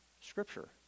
Scripture